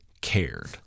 cared